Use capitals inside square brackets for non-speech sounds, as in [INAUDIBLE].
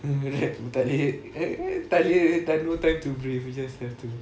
[LAUGHS] tak boleh tak ada time to breath [LAUGHS] you just have to